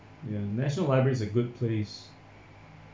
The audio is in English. ya national library is a good place